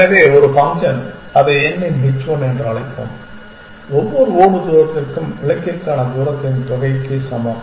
எனவே ஒரு ஃபங்க்ஷன் அதை n இன் h1 என்று அழைப்போம் ஒவ்வொரு ஓடு தூரத்திற்கும் இலக்கிற்கான தூரத்தின் தொகைக்கு சமம்